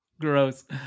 gross